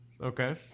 Okay